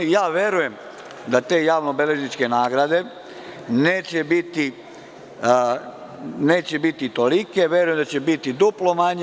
Verujem da te javno-beležničke nagrade neće biti tolike, verujem da će biti duplo manje.